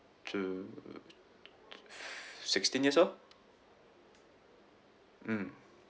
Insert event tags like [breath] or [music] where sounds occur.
[noise] [breath] sixteen years old mm